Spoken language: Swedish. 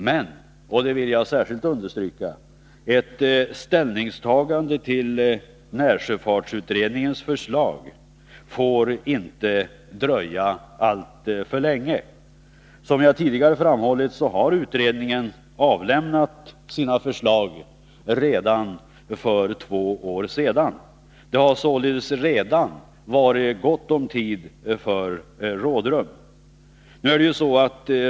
Men — och det vill jag särskilt understryka — ett ställningstagande till närsjöfartsutredningens förslag får inte dröja alltför länge. Som jag tidigare framhållit, har utredningen avlämnat sina förslag redan för två år sedan. Det har således varit gott om tid för rådrum.